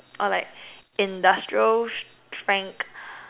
or like industrial strength